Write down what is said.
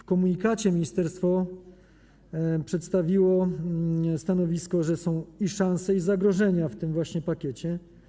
W komunikacie ministerstwo przedstawiło stanowisko, że są i szanse, i zagrożenia w tym pakiecie.